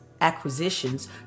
acquisitions